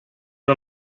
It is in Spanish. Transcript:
una